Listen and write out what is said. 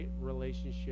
relationship